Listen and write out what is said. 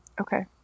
Okay